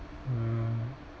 uh